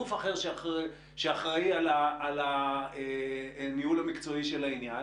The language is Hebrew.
גוף אחר שאחראי על הניהול המקצועי של העניין